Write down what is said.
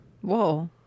Whoa